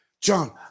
John